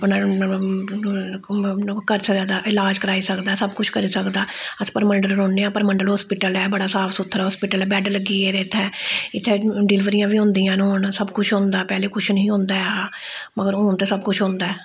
अपना करी सकदा भाई इलाज कराई सकदा सब कुछ करी सकदा ऐ अस परमंडल रौह्ने आं परमंडल हास्पटिल ऐ बड़ा साफ सुथरा हास्पिटल ऐ बैड्ड लग्गी गेदे इत्थै इत्थै डलीबरियां बी होंदियां न हून सब कुछ होंदा पैह्लें कुछ निं ही होंदा ऐ हा पर हून ते सब कुछ होंदा ऐ